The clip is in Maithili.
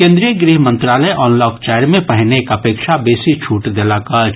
केन्द्रीय गृह मंत्रालय अनलॉक चारि मे पहिनेक अपेक्षा बेसी छूट देलक अछि